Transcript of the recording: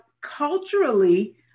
culturally